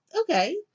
Okay